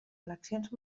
eleccions